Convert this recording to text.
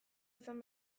izan